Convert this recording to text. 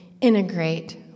integrate